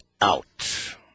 out